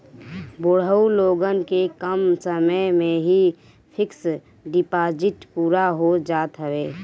बुढ़ऊ लोगन के कम समय में ही फिक्स डिपाजिट पूरा हो जात हवे